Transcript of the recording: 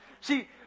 See